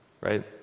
Right